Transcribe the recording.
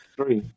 Three